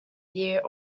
there